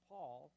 Paul